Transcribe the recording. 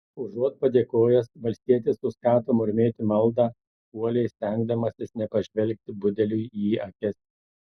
užuot padėkojęs valstietis suskato murmėti maldą uoliai stengdamasis nepažvelgti budeliui į akis